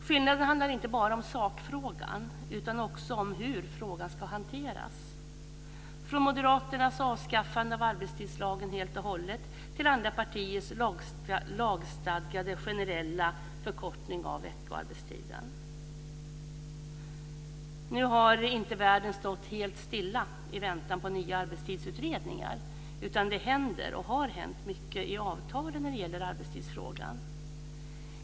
Skillnaderna handlar inte bara om sakfrågan utan också om hur frågan ska hanteras, från moderaternas avskaffande av arbetstidslagen helt och hållet till andra partiers lagstadgade generella förkortning av veckoarbetstiden. Nu har inte världen stått helt stilla i väntan på nya arbetstidsutredningar. Det har hänt och händer mycket i avtalen när det gäller arbetstidsfrågan.